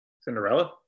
Cinderella